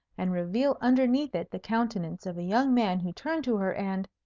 and reveal underneath it the countenance of a young man who turned to her, and